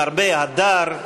עם הרבה הדר,